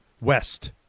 West